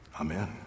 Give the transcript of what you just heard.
Amen